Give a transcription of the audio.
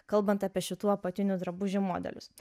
kalbant apie šitų apatinių drabužių modelius